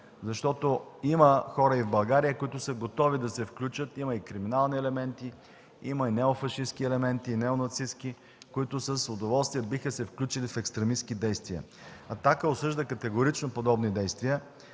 Има хора и в България, които са готови да се включат, има и криминални елементи, има и неофашистки елементи, и неонацистки, които с удоволствие биха се включили в екстремистки действия. „Атака” осъжда категорично подобно действие